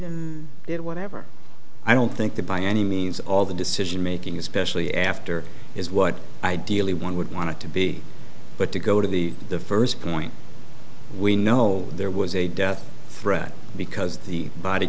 and did whatever i don't think that by any means all the decision making especially after is what ideally one would want to be but to go to the the first point we know there was a death threat because the body